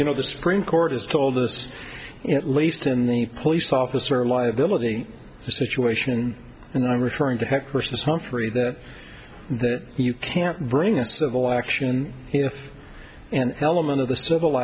you know the supreme court has told us at least in the police officer liability situation and i'm referring to hecht versus humphrey that you can't bring a civil action if an element of the civil